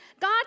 God